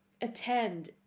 attend